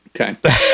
Okay